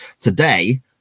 today